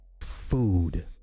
food